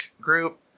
group